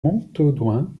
montaudoin